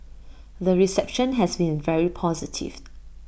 the reception has been very positive